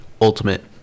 ultimate